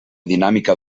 dinàmica